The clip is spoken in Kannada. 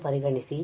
ಎಂದು ಪರಿಗಣಿಸಿ